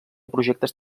projectes